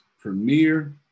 premiere